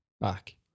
back